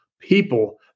people